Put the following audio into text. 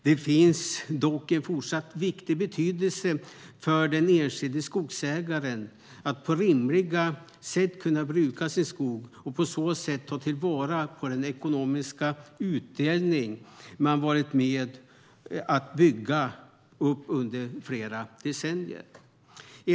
Det är dock av fortsatt stor betydelse för den enskilde skogsägaren att på ett rimligt sätt kunna bruka sin skog och på så sätt ta vara på den ekonomiska utdelning man varit med och byggt upp under flera decennier.